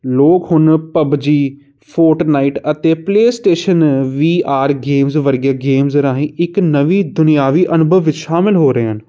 ਲੋਕ ਹੁਣ PUBG Fortnite ਅਤੇ PlayStation V R games ਵਰਗੇ ਗੇਮਸ ਰਾਹੀਂ ਇੱਕ ਨਵੀਂ ਦੁਨਿਆਵੀ ਅਨੁਭਵ ਵਿੱਚ ਸ਼ਾਮਲ ਹੋ ਰਹੇ ਹਨ